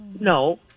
No